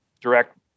direct